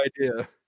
idea